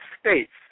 states